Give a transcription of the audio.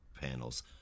panels